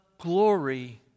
glory